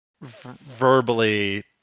verbally